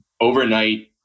overnight